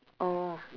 oh